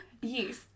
Yes